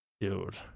dude